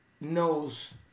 knows